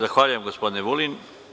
Zahvaljujem, gospodine Vulin.